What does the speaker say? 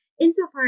Insofar